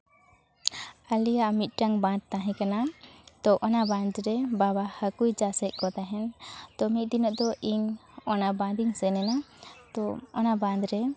ᱟᱞᱮᱭᱟᱜ ᱢᱤᱫᱴᱟᱝ ᱵᱟᱸᱫᱽ ᱛᱟᱦᱮᱸᱠᱟᱱᱟ ᱛᱚ ᱚᱱᱟ ᱵᱟᱸᱫᱽ ᱨᱮ ᱵᱟᱵᱟ ᱦᱟᱹᱠᱩᱭ ᱪᱟᱥᱮᱫ ᱠᱚ ᱛᱟᱦᱮᱱ ᱛᱚ ᱢᱤᱫ ᱫᱤᱱᱳᱜ ᱫᱚ ᱤᱧ ᱚᱱᱟ ᱵᱟᱸᱫᱤᱧ ᱥᱮᱱᱮᱱᱟ ᱛᱚ ᱚᱱᱟ ᱵᱟᱸᱫᱽ ᱨᱮ